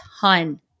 ton